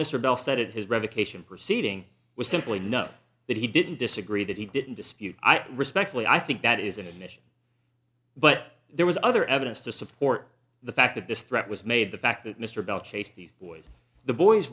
it has revocation proceeding was simply no that he didn't disagree that he didn't dispute i respectfully i think that is an admission but there was other evidence to support the fact that this threat was made the fact that mr bell chased these boys the boys